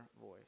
voice